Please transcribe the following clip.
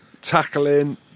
tackling